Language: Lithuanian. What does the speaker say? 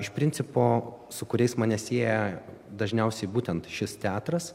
iš principo su kuriais mane sieja dažniausiai būtent šis teatras